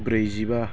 ब्रैजिबा